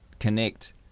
connect